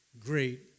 great